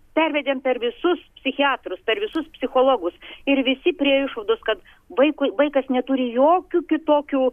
pervedėm per visus psichiatrus per visus psichologus ir visi priėjo išvados kad vaikui vaikas neturi jokių kitokių